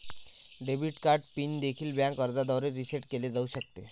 debit card PIN देखील bank अर्जाद्वारे reset केले जाऊ शकते